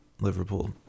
Liverpool